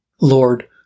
Lord